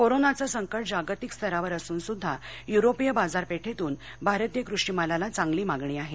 कोरोनाचं संकट जागतिक स्तरावर असून सुद्धा यूरोपीय बाजारपेठेतून भारतीय कृषिमालाला चांगली मागणी आहे